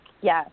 yes